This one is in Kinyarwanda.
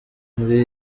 muri